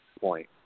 point